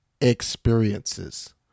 experiences